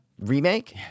Remake